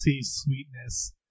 sweetness